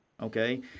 Okay